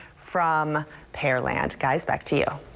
from pearland guys back to you.